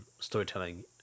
storytelling